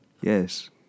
Yes